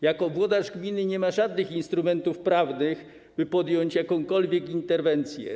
Jako włodarz gminy nie ma żadnych instrumentów prawnych, by podjąć jakąkolwiek interwencję.